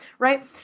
Right